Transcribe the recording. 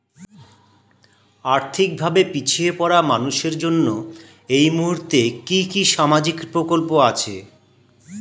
আর্থিক ভাবে পিছিয়ে পড়া মানুষের জন্য এই মুহূর্তে কি কি সামাজিক প্রকল্প আছে?